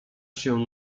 się